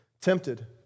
tempted